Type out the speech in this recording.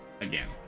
again